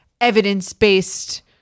evidence-based